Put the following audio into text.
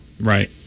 Right